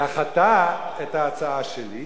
דחתה את ההצעה שלי,